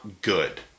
good